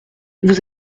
vous